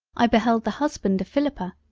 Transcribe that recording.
i beheld the husband of philippa,